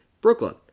Brooklyn